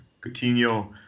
Coutinho